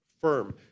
firm